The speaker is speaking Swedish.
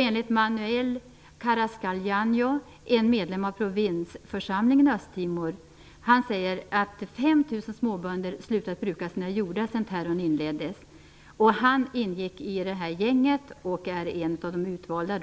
Enligt Manuel Carrasclão, en medlem av provinsförsamlingen i Östtimor, har 5 000 småbönder slutat att bruka sina jordar sedan terrorn inleddes. Han är en av de utvalda